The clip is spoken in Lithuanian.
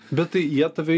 bet tai jie tave